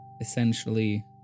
essentially